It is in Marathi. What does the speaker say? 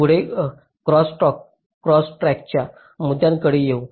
पुढे क्रॉसट्रकच्या मुद्द्यांकडे येऊ